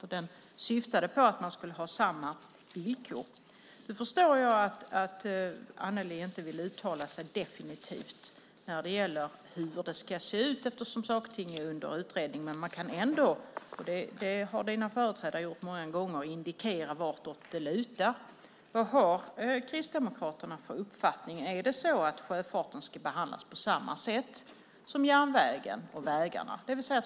Den syftade på att man skulle ha samma villkor. Jag förstår att Annelie inte vill uttala sig definitivt när det gäller hur det ska ut, eftersom saker och ting är under utredning. Men man kan ändå indikera vartåt det lutar. Det har dina företrädare gjort många gånger. Vad har Kristdemokraterna för uppfattning? Är det så att sjöfarten ska behandlas på samma sätt som järnvägen och vägarna?